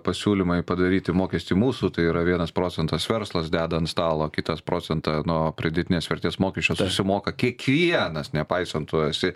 pasiūlymai padaryti mokestį mūsų tai yra vienas procentas verslas deda ant stalo kitas procentą nuo pridėtinės vertės mokesčio sumoka kiekvienas nepaisant tu esi